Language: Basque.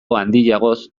handiagoz